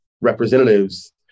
representatives